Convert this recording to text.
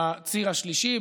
בציר השלישי,